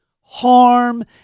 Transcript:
harm